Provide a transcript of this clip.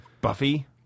Buffy